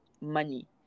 money